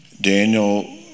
Daniel